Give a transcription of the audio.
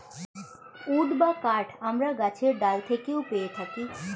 would বা কাঠ আমরা গাছের ডাল থেকেও পেয়ে থাকি